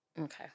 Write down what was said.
Okay